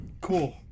Cool